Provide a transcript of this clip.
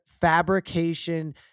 fabrication